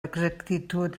exactitud